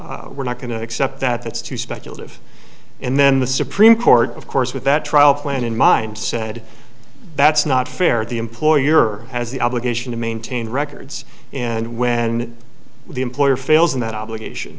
to we're not going to accept that that's too speculative and then the supreme court of course with that trial plan in mind said that's not fair the employer has the obligation to maintain records and when the employer fails in that obligation